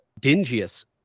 dingiest